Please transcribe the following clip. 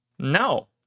No